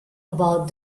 about